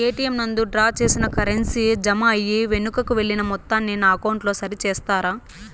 ATM నందు draw చేసిన currency జామ అయి వెనుకకు వెళ్లిన మొత్తాన్ని నా అకౌంట్ లో సరి చేస్తారా?